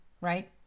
right